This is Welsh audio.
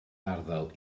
arddel